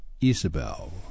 Isabel